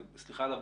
סליחה על הבורות,